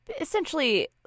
essentially